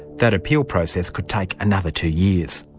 that appeal process could take another two years.